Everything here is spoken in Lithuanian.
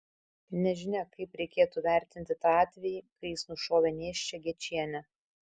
nežinia kaip reikėtų vertinti tą atvejį kai jis nušovė nėščią gečienę